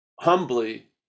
humbly